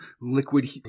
liquid